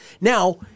Now